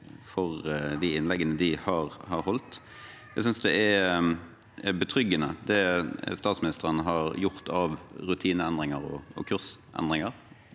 for de innleggene de har holdt. Jeg synes det statsministeren har gjort av rutineendringer og kursendringer